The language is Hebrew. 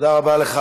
תודה רבה לך.